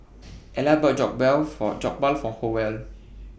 Ella bought For Jokbal For Howell